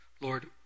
Lord